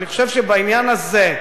אני חושב שבעניין הזה,